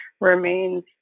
remains